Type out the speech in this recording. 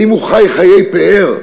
האם הוא חי חיי פאר?